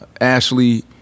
Ashley